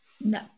No